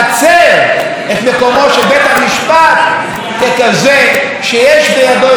ככזה שיש בידו את הסמכות לביקורת שיפוטית,